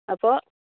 അപ്പോൾ